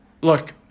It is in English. look